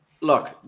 look